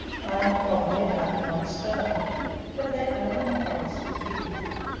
weighing probably about nine stone but that only enhanced his dignity,